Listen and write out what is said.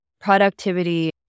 productivity